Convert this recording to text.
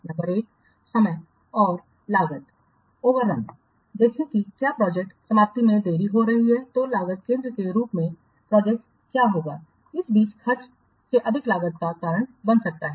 number एक समय और लागत ओवरल देखें कि क्या एक प्रोजेक्ट समाप्ति में देरी हो रही है तो लागत केंद्र के रूप में प्रोजेक्ट क्या होगा इस बीच खर्च से अधिक लागत का कारण बनता है